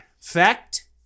Fact